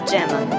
Gemma